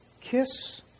Kiss